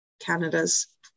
Canada's